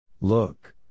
Look